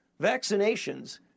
Vaccinations